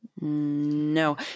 No